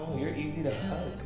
you're easy to